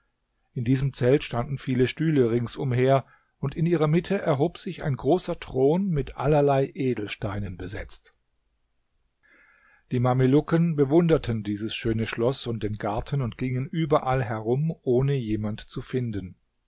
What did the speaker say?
in diesem zelt standen viele stühle ringsumher und in ihrer mitte erhob sich ein großer thron mit allerlei edelsteinen besetzt die mamelucken bewunderten dieses schöne schloß und den garten und gingen überall herum ohne jemand zu finden